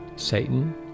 Satan